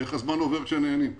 איך הזמן עובר כשנהנים.